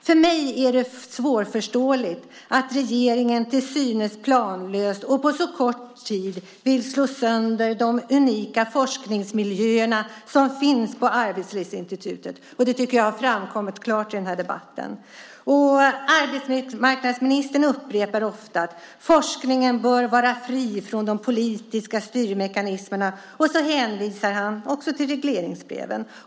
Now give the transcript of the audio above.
För mig är det svårförståeligt att regeringen till synes planlöst och på så kort tid vill slå sönder de unika forskningsmiljöerna som finns på Arbetslivsinstitutet. Det har framkommit klart i den här debatten. Arbetsmarknadsministern upprepar ofta att forskningen bör vara fri från de politiska styrmekanismerna, och så hänvisar han till regleringsbreven.